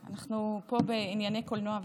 אנחנו פה בענייני קולנוע וטלוויזיה.